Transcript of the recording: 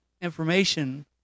information